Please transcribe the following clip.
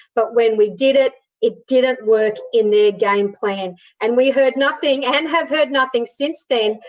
but when we did it, it didn't work in their game plan and we heard nothing and have heard nothing since then,